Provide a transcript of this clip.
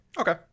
Okay